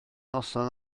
noson